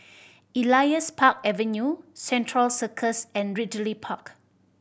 Elias Park Avenue Central Circus and Ridley Park